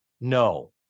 No